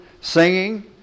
singing